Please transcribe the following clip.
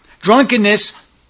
Drunkenness